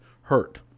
hurt